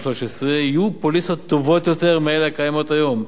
יהיו פוליסות טובות יותר מאלה הקיימות היום.